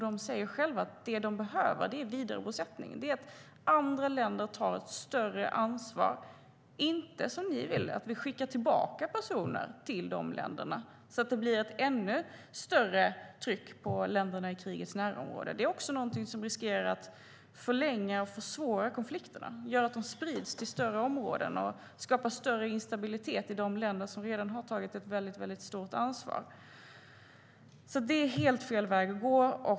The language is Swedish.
De säger själva att det som de behöver är vidarebosättning och att andra länder tar ett större ansvar och inte, som ni vill, att vi skickar tillbaka personer till dessa länder så att det blir ett ännu större tryck på länderna i krigets närområde. Det är också någonting som riskerar att förlänga och försvåra konflikterna. Det gör att de sprids till större områden, vilket skapar större instabilitet i de länder som redan har tagit ett mycket stort ansvar. Det är alltså helt fel väg att gå.